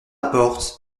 porte